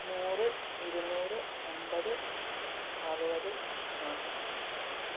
നൂറ് ഇരുന്നൂറ് അൻപത് അറുപത് നാൽപത്